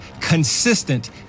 consistent